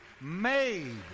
made